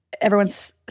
Everyone's